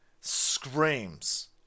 screams